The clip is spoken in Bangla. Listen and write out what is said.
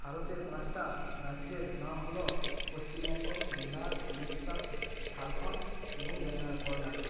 ভারতের পাঁচটা রাজ্যের নাম হল পশ্চিমবঙ্গ বিহার উড়িশ্যা ঝাড়খন্ড এবং ব্য কর্ণাটক